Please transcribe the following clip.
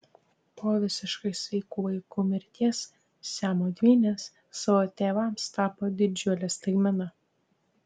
po visiškai sveikų vaikų mirties siamo dvynės savo tėvams tapo didžiule staigmena